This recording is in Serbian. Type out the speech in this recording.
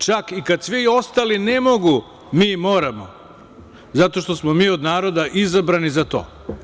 Čak i kad svi ostali ne mogu, mi moramo zato što smo mi od naroda izabrani za to.